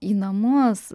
į namuos